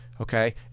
okay